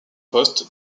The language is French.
poste